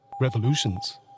revolutions